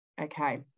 Okay